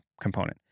component